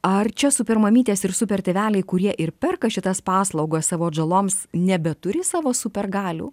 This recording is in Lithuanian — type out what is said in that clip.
ar čia super mamytės ir super tėveliai kurie ir perka šitas paslaugas savo atžaloms nebeturi savo super galių